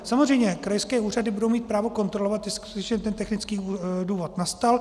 Samozřejmě krajské úřady budou mít právo kontrolovat, jestliže ten technický důvod nastal.